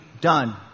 done